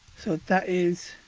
so that is.